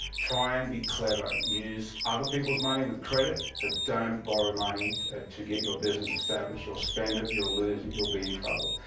try and be clever, use other peoples money with credit, but don't borrow money to get your business established. you'll spend it, you'll lose it, you'll be in trouble.